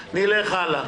נלך הלאה.